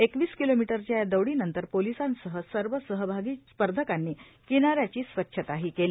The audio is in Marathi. एकवीस किलोमीटरच्या या दौडीनंतर पोलिसांसह सर्व सहभा ी स्पर्धकांनी किनाऱ्याची स्वच्छताही केली